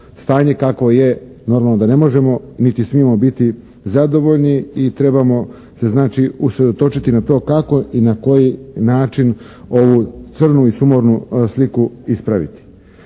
kakvo je normalno da ne možemo niti smijemo biti zadovoljni i trebamo se znači usredotočiti na to kako i na koji način ovu crnu i sumornu sliku ispraviti.